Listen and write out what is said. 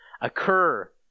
occur